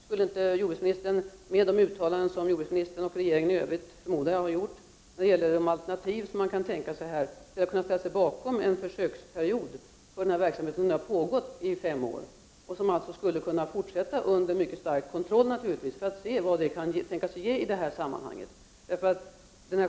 Skulle inte jordbruksministern, med tanke på de uttalanden som jag förmodar att han och regeringen i övrigt har gjort när det gäller de alternativ som kan tänkas i detta sammanhang, ha kunnat ställa sig bakom en försöksperiod för den verksamhet som nu har pågått under fem år och som alltså skulle kunna fortsätta under mycket stor kontroll, för att man skall kunna se vad en sådan kan ge i detta sammanhang?